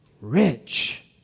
rich